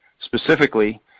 Specifically